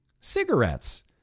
cigarettes